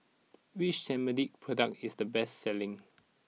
which Cetrimide product is the best selling